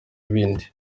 ibindi